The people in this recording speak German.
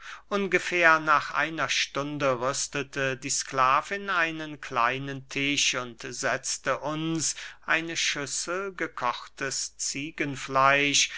ungefähr nach einer stunde rüstete die sklavin einen kleinen tisch und setzte uns eine schüssel gekochtes